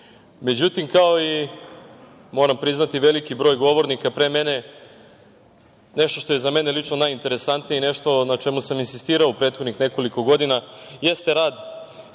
zemlji.Međutim, kao i, moram priznati, veliki broj govornika pre mene, nešto što je za mene lično najinteresantnije i nešto na čemu sam insistirao u prethodnih nekoliko godina jeste rad